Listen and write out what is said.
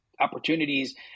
opportunities